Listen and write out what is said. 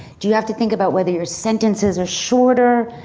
do you have to think about whether your sentences are shorter?